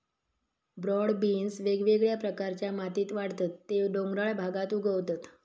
broad beans वेगवेगळ्या प्रकारच्या मातीत वाढतत ते डोंगराळ भागात उगवतत